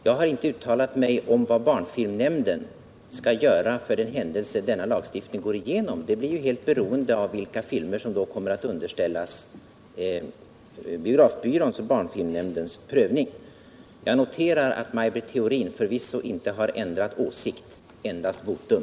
Jag har inte uttalat mig om vad barnfilmnämnden skall göra för den händelse denna lagstiftning går igenom; det blir helt beroende av vilka filmer som då kommer att underställas biografbyråns och barnfilmnämndens prövning. Jag noterar att Maj Britt Theorin förvisso inte har ändrat åsikt, endast votum.